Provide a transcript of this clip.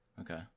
Okay